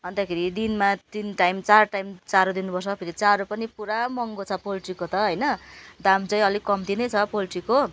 अन्तखेरि दिनमा तिन टाइम चार टाइम चारो दिनु पर्छ फेरि चारो पनि पुरा महँगो छ पोल्ट्रीको त होइन दाम चाहिँ अलिक कम्ती नै छ पोल्ट्रीको